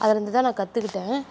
அதுலேருந்து தான் நான் கற்றுக்கிட்டேன்